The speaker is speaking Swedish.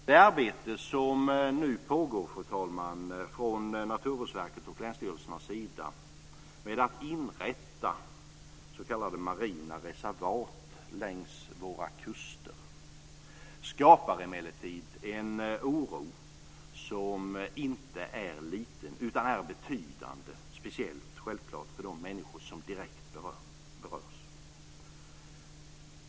Det arbete som nu pågår, fru talman, från Naturvårdsverkets och länsstyrelsernas sida med att inrätta s.k. marina reservat längs våra kuster skapar emellertid en oro som inte är liten utan är betydande, speciellt självfallet för de människor som direkt berörs.